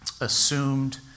assumed